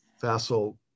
facile